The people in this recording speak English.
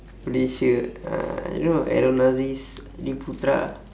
malaysia ah you know aaron aziz adi putra